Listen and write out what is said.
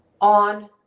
on